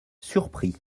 surpris